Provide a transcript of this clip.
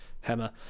hammer